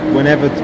Whenever